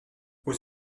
aux